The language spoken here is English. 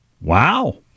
Wow